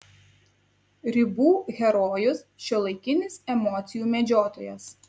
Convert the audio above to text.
ribų herojus šiuolaikinis emocijų medžiotojas